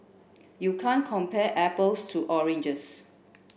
you can't compare apples to oranges